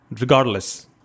regardless